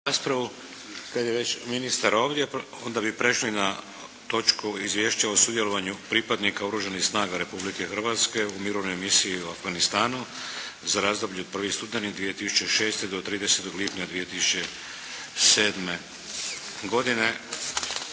(HDZ)** Kad je već ministar ovdje onda bi prešli na točku Izvješće o sudjelovanju pripadnika Oružanih snaga Republike Hrvatske u mirovnoj misiji u Afganistanu za razdoblje od 1. studeni 2006. do 30. lipnja 2007. godine.